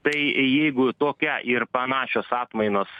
tai jeigu tokia ir panašios atmainos